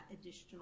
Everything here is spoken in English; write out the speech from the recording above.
additional